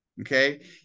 okay